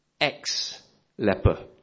ex-leper